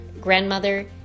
grandmother